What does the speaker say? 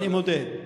אני מודה.